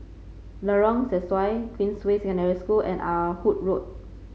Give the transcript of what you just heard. Lorong Sesuai Queensway Secondary School and Ah Hood Road